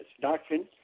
Doctrine